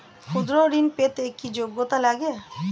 ক্ষুদ্র ঋণ পেতে কি যোগ্যতা লাগে?